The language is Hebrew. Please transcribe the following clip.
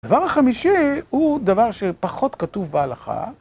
הדבר החמישי הוא דבר שפחות כתוב בהלכה.